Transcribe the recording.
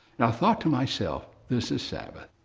and i thought to myself, this is sabbath.